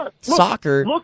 soccer